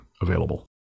available